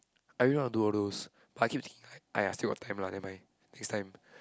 I really want to do all those but I keep thinking like !aiya! still got time lah never mind next time